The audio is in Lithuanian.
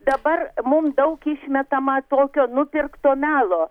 dabar mum daug išmetama tokio nupirkto melo